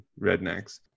rednecks